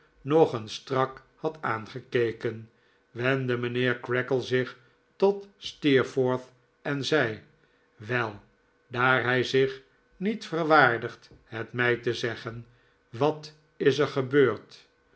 nog eens strak had aangekeken wendde mijnheer creakle zich tot steerforth en zei wel daar hij zich niet verwaardigt het mij te zeggen wat is er gebeurd